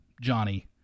Johnny